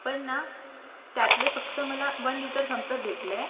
पण ना त्यातले फक्त मला वन लीटर थम्स अप भेटलं आहे